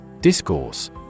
Discourse